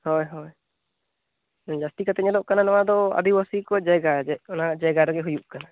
ᱦᱳᱭ ᱦᱳᱭ ᱡᱟᱹᱥᱛᱤ ᱠᱟᱛᱮ ᱧᱮᱞᱚᱜ ᱠᱟᱱᱟ ᱱᱚᱣᱟ ᱫᱚ ᱟᱹᱫᱤᱵᱟᱹᱥᱤ ᱠᱚ ᱡᱟᱭᱜᱟ ᱚᱱᱟ ᱡᱟᱭᱜᱟ ᱨᱮᱜᱮ ᱦᱩᱭᱩᱜ ᱠᱟᱱᱟ